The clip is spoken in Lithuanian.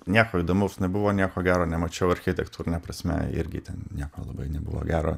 nieko įdomaus nebuvo nieko gero nemačiau architektūrine prasme irgi ten nieko labai nebuvo gero